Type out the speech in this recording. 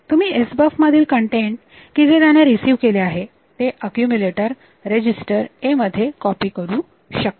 तुम्ही SBUF मधील content की जे त्याने रिसीव केले आहे ते अक्यूमुलेटर रेजिस्टर A मध्ये कॉपी करू शकता